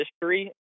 history